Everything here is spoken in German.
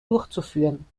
durchzuführen